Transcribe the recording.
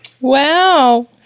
Wow